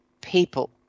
people